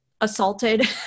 assaulted